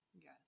Yes